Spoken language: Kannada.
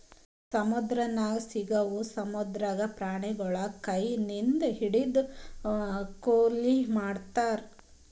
ಸಮುದ್ರದಾಗ್ ಸಿಗವು ಸಮುದ್ರದ ಪ್ರಾಣಿಗೊಳಿಗ್ ಕೈ ಲಿಂತ್ ಹಿಡ್ದು ಕೊಯ್ಲಿ ಮಾಡ್ತಾರ್